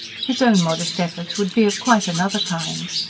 his own modest efforts would be of quite another kind.